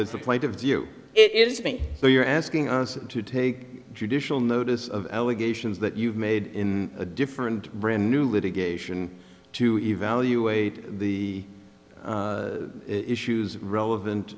that's the point of view it is me so you're asking us to take judicial notice of allegations that you've made in a different brand new litigation to evaluate the issues relevant